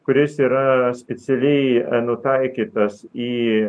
kuris yra specialiai nutaikytas į